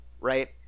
right